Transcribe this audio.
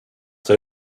they